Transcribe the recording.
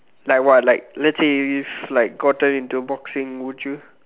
like what like let's say if like gotten into boxing would you